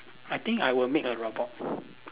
I think I will make a robot